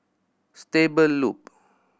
Stable Loop